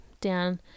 down